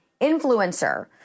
influencer